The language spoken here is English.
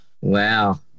Wow